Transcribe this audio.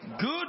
good